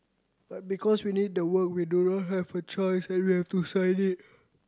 but because we need the work we don not have a choice and we have to sign it